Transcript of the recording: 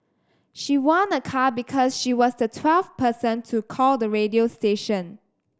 she won a car because she was the twelve person to call the radio station